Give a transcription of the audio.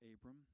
Abram